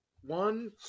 one